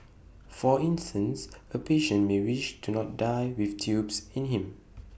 for instance A patient may wish to not die with tubes in him